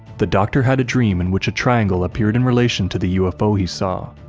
the doctor had a dream in which a triangle appeared in relation to the ufo he saw,